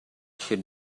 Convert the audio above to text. should